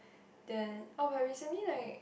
then oh but recently like